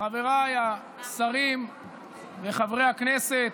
חבריי השרים וחברי הכנסת,